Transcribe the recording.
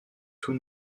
tout